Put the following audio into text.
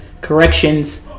Corrections